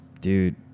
Dude